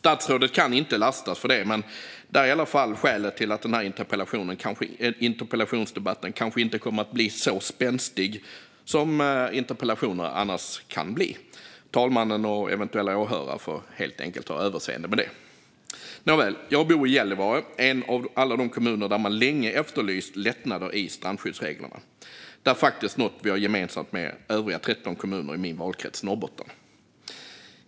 Statsrådet kan inte lastas för det, men det är i alla fall skälet till att denna interpellationsdebatt kanske inte kommer att bli så spänstig som interpellationsdebatter annars kan bli. Talmannen och eventuella åhörare får helt enkelt ha överseende med det. Nåväl - jag bor i Gällivare, en av alla de kommuner där man länge efterlyst lättnader i strandskyddsreglerna. Det är något vi har gemensamt med övriga 13 kommuner i min valkrets, Norrbotten.